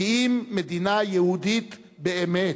כי אם מדינה יהודית באמת".